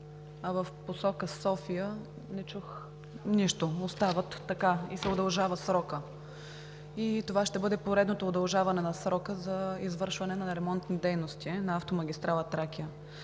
за в посока София не чух нищо – остава така и се удължава срокът. Това ще бъде поредното удължаване на срока за извършване на ремонтни дейности на автомагистрала „Тракия“.